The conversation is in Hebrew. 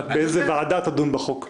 רק איזו ועדה תדון בחוק.